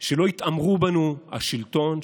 שלא יתעמר בנו השלטון,